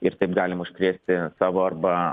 ir taip galim užkrėsti savo arba